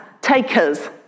takers